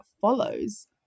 follows